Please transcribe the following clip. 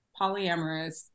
polyamorous